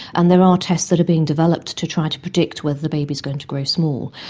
and there are tests that are being developed to try to predict whether the baby is going to grow small.